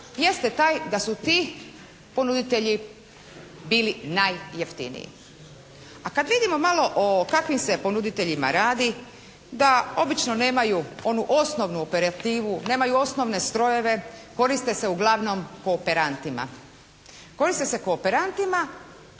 jeste taj da su ti ponuditelji bili najjeftiniji. A kad vidimo malo o kakvim se ponuditeljima radi, da obično nemaju onu osnovnu operativu, nemaju osnovne strojeve, koriste se uglavnom kooperantima. Koriste se kooperantima,